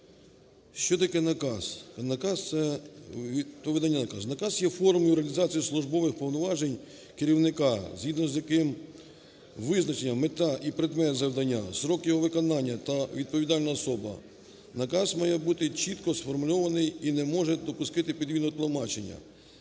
то видання наказу. Наказ є формою реалізації службових повноважень керівника, згідно з яким визначена мета і предмет завдання, строк його виконання та відповідальна особа. Наказ має бути чітко сформульований і не може допустити подвійного тлумачення.